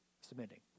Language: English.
submitting